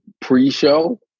pre-show